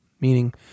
meaning